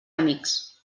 amics